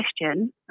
question